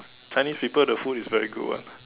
Chinese people the food is very good [one]